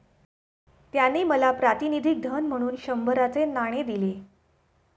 त्याने मला प्रातिनिधिक धन म्हणून शंभराचे नाणे दिले